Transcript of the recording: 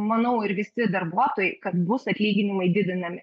manau ir visi darbuotojai kad bus atlyginimai didinami